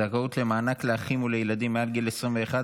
(זכאות למענק לאחים ולילדים מעל גיל 21),